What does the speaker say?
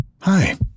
Hi